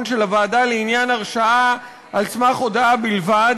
של הוועדה לעניין הרשעה על סמך הודאה בלבד